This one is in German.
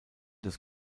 des